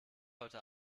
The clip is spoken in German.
heute